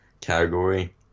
category